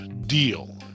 deal